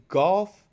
golf